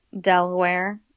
Delaware